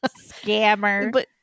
Scammer